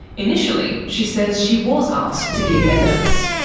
initially, she says, she was asked to give evidence.